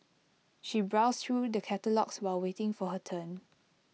she browsed through the catalogues while waiting for her turn